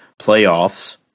playoffs